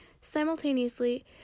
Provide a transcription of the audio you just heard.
Simultaneously